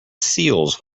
seals